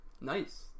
nice